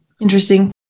Interesting